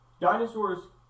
dinosaurs